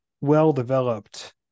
well-developed